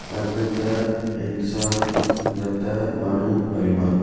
आहिनि त इंसान न त माण्हू बेईमान